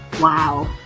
Wow